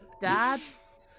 Dad's